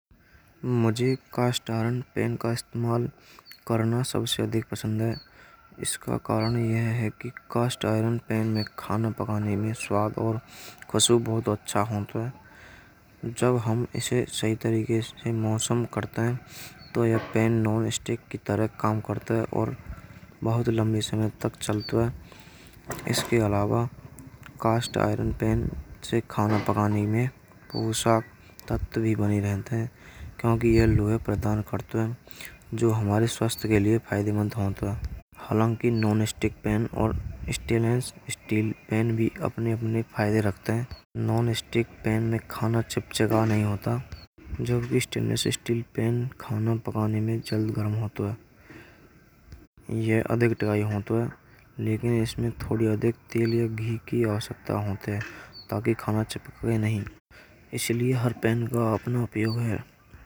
मुझे cast iron pan का इस्तेमाल करना सबसे अधिक पसंद है। इसका कारण यह है कि कास्ट आयरन पैन में खाना पकाने में स्वाद और खुशबू बहुत अच्छा है। तो जब हम इसे सही तरीके से मौसम करते हैं। तो यह पैन नॉन स्टिक की तरह काम करता है। और बहुत लंबी समय तक चलता है। इसके अलावा कास्ट आयरन पैन से खाना बनाना में पोषक तत्व भी बने रहते हैं। क्योंकि ये लोहे प्रदान करते हैं। जो हमारे स्वास्थ्य के लिए फायदेमंद होते हैं। हालांकि नॉन स्टिक पैन और स्टेनलेस स्टील और भी अपने-अपने फायदे रखते हैं। नॉन स्टिक पैन में खाना चिपकता नहीं। जो भी स्टेनलेस स्टील पैन खाना पकाने में जल गर्म होते हैं। ये अधिक दवाइ होते हैं। लेकिन इसमें थोड़ी अधिक तेल की आवश्यकता होती है। ताकि खाना चिपके नहीं। इसलिए हर पैन का अपना उपयोग है।